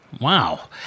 Wow